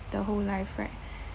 the whole life right